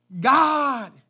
God